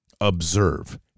observe